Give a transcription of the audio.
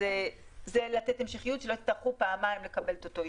זה לתת המשכיות שלא יצטרכו פעמים לקבל את אותו אישור.